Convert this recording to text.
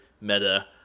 meta